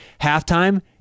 Halftime